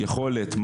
יכולת,